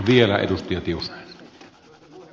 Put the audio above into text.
arvoisa puhemies